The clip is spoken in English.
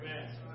Amen